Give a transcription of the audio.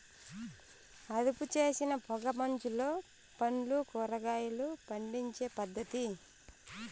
అదుపుచేసిన పొగ మంచులో పండ్లు, కూరగాయలు పండించే పద్ధతి